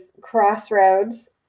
crossroads